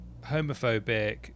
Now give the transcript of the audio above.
homophobic